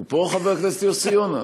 הוא פה, חבר הכנסת יוסי יונה?